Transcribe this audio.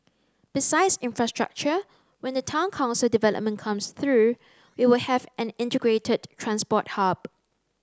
besides infrastructure when the Town Council development comes through we will have an integrated transport hub